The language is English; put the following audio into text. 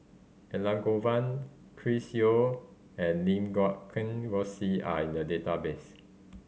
Elangovan Chris Yeo and Lim Guat Kheng Rosie are in the database